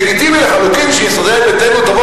לגיטימי לחלוטין שישראל ביתנו תבוא